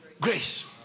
Grace